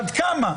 עד כמה?